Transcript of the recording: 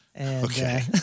Okay